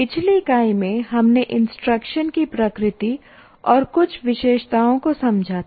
पिछली इकाई में हमने इंस्ट्रक्शन की प्रकृति और कुछ विशेषताओं को समझा था